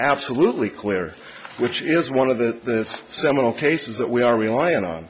absolutely clear which is one of the seminal cases that we are relying on